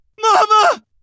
Mama